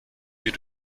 die